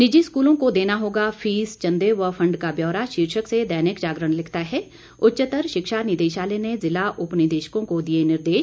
निजी स्कूलों को देना होगा फीस चंदे व फंड का ब्यौरा शीर्षक से दैनिक जागरण लिखता है उच्चतर शिक्षा निदेशालय ने जिला उपनिदेशकों को दिए निर्देश